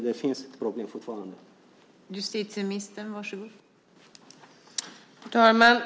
Det finns fortfarande problem.